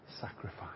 sacrifice